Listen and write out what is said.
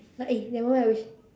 but eh never mind lah we